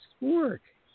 work